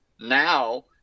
Now